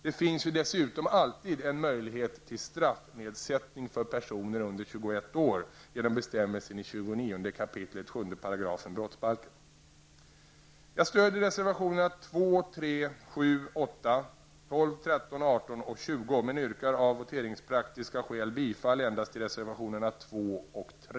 Det finns ju dessutom alltid en möjlighet till straffnedsättning för personer under